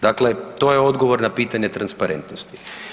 Dakle, to je odgovor na pitanje transparentnosti.